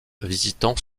visitant